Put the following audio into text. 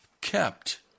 kept